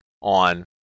on